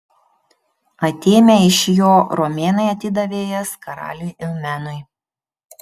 atėmę iš jo romėnai atidavė jas karaliui eumenui